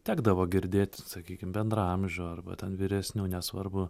tekdavo girdėti sakykim bendraamžių arba ten vyresnių nesvarbu